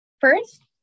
First